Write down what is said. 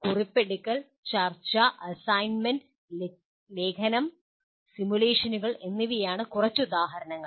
കുറിപ്പ് എടുക്കൽ ചർച്ച അസൈൻമെൻ്റ് ലേഖനം സിമുലേഷനുകൾ എന്നിവയാണ് കുറച്ച് ഉദാഹരണങ്ങൾ